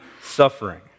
suffering